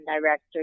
director